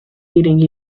heating